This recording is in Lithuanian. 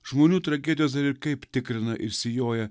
žmonių tragedijos dar ir kaip tikrina ir sijoja